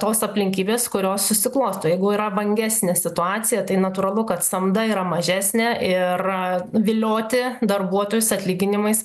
tos aplinkybės kurios susiklosto jeigu yra vangesnė situacija tai natūralu kad samda yra mažesnė ir vilioti darbuotojus atlyginimais